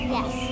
Yes